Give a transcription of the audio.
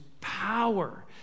power